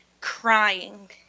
crying